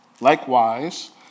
Likewise